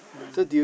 mm